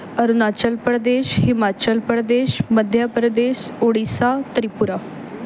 Arunachal Pradesh Himachal Pradesh Madhya Pradesh Odisha Tripura